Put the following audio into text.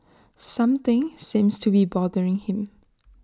something seems to be bothering him